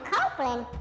Copeland